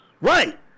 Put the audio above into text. Right